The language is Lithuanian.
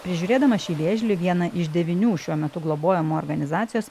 prižiūrėdama šį vėžlį vieną iš devynių šiuo metu globojamų organizacijos